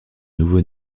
nouveau